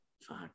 Fuck